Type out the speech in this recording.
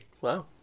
Wow